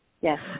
Yes